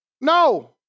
No